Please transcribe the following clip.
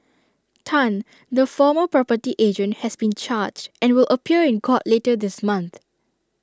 Tan the former property agent has been charged and will appear in court later this month